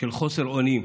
של חוסר אונים,